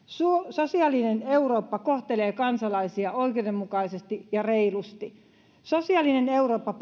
sosiaalinen eurooppa kohtelee kansalaisia oikeudenmukaisesti ja reilusti sosiaalinen eurooppa